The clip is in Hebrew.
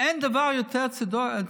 אין דבר יותר צודק.